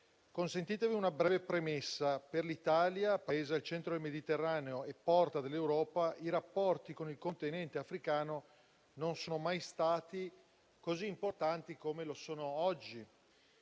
Consentitemi una breve premessa. Per l'Italia, Paese al centro del Mediterraneo e porta dell'Europa, i rapporti con il Continente africano non sono mai stati così importanti come lo sono oggi.